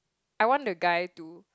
I want the guy to